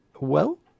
Well